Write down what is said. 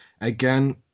Again